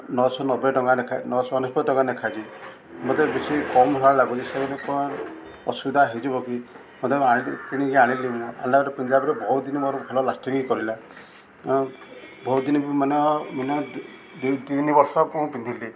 ନଅଶହ ନବେ ଟଙ୍କା ନଅଶହ ଅନେଶତ ଟଙ୍କା ଲେଖାଯାଇଛି ମତେ ବେଶୀ କମ୍ ଭଳିଆ ଲାଗୁଛି ସେମାନେ କ'ଣ ଅସୁବିଧା ହେଇଯିବ କି ମତେ ଆଣିଲି କିଣିକି ଆଣିଲି ମୁଁ ଆଣିଲା ପରେ ପିନ୍ଧିଲା ପରେ ବହୁତ ଦିନ ମୋର ଭଲ ଲାଷ୍ଟିଂ କିରିଲା ବହୁତ ଦିନ ମାନେ ମାନେ ଦୁଇ ତିନି ବର୍ଷ ମୁଁ ପିନ୍ଧିଲି